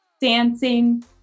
dancing